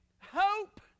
hope